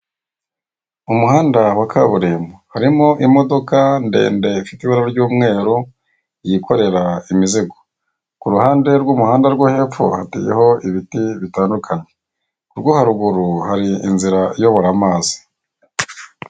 Umuhanda wa kaburimbo, harimo imodoka ndende, ifite ibara ry'umweru, yikorera imizigo, ku ruhande rw'umuhanda rwo hepfo hateyeho ibiti bitandukanye, urwo haruguru, hari inzira iyobora amazi.